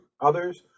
others